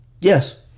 Yes